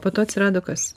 po to atsirado kas